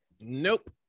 nope